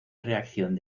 reacción